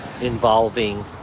involving